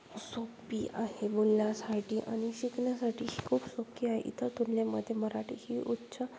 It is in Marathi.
सोपी आहे बोलण्यासाठी आणि शिकण्यासाठी ही खूप सोपी आहे इतर तुलनेमध्ये मराठी ही उच्च